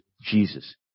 Jesus